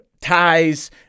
ties